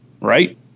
right